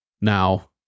now